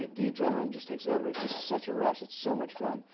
the adrenaline just takes over. it's just such a rush. it's so much fun.